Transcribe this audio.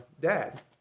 dad